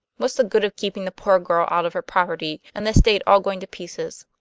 what's the good of keeping the poor girl out of her property, and the estate all going to pieces?